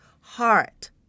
heart